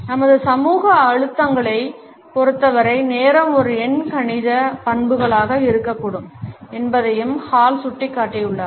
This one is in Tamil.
நமது சமூக அழுத்தங்களைப் பொருத்தவரை நேரம் ஒரு எண்கணித பண்புகளாக இருக்கக்கூடும் என்பதையும் ஹால் சுட்டிக்காட்டியுள்ளார்